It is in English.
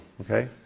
Okay